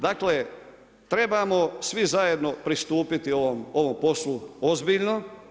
Dakle, trebamo svi zajedno pristupiti ovom poslu ozbiljno.